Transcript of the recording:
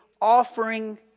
offering